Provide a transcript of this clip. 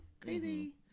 crazy